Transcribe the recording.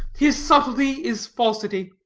his subtlety is falsity,